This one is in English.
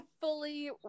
fully